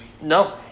No